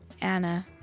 Anna